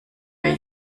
mir